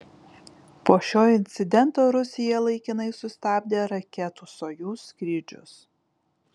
po šio incidento rusija laikinai sustabdė raketų sojuz skrydžius